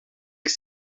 que